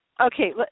Okay